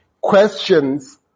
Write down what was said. Questions